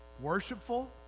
worshipful